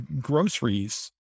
groceries